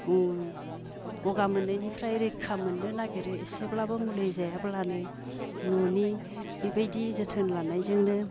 गगा मोननायनिफ्राय रैखा मोननो नागेरो एसेब्लाबो मुलि जायाब्लानो न'नि बेबायदि जोथोन लानायजोंनो